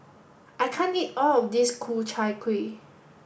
I can't eat all of this Ku Chai Kuih